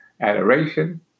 adoration